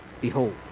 behold